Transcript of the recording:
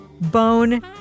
Bone